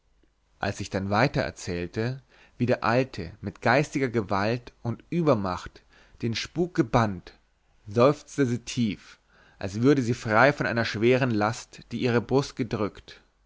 als ich dann weiter erzählte wie der alte mit geistiger gewalt und übermacht den spuk gebannt seufzte sie tief als würde sie frei von einer schweren last die ihre brust gedrückt